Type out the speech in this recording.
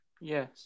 Yes